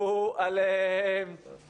הוא על פערים